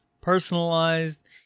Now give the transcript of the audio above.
personalized